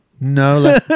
no